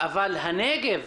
הנגב